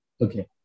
Okay